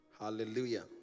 Hallelujah